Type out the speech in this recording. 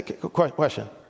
Question